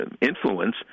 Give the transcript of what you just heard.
influence